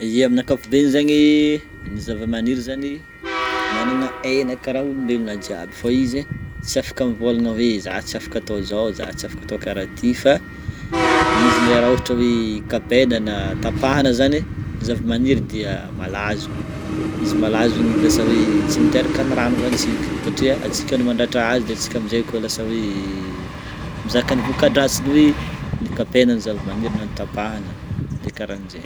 Ye, amin'ny ankapobeny zegny ny zava-maniry zany managna aina karaha olo jiaby fô izy tsy afaka mivolagna hoe zah tsy afaka atao zao, zah tsy afaka atao karaha ty fa izy ndray raha ohatra hoe kapaina na tapahana zany zava-maniry dia malazo, izy malazo igny lasa hoe tsy miteraka ny rano ho antsika satria antsika no mandratra azy, de antsika am'zay koa lasa hoe mizaka ny voka-dratsiny hoe nikapaina ny zava-maniry na nitapahana de karahan'jay.